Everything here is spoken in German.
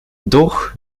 doch